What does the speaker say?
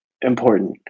important